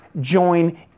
join